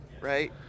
Right